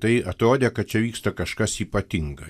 tai atrodė kad čia vyksta kažkas ypatinga